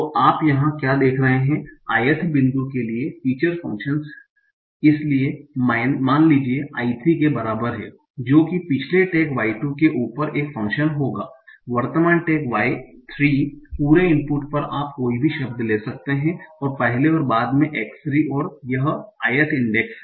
तो आप यहां क्या देख रहे हैं ith बिंदु के लिए फीचर फ़ंक्शन इसलिए मान लीजिए कि i 3 के बराबर है जो की पिछले टैग y 2 के ऊपर एक फंक्शन होगा वर्तमान टैग y 3 पूरे इनपुट पर आप कोई भी शब्द ले सकते हैं पहले और बाद में x 3 और यह ith इंडेक्स है